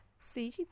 See